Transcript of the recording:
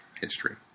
history